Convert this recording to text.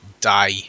die